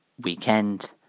weekend